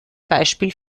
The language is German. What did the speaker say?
beispiel